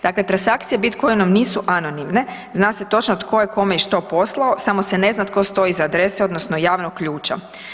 Dakle, transakcije bitcoin-om nisu anonimne, zna se točno tko je kome i što poslao, samo se ne zna tko stoji iza adrese odnosno javnog ključa.